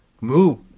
move